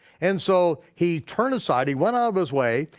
and so he turned aside, he went out of his way,